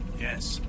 Yes